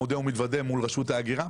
מודה ומתוודה מול רשות ההגירה,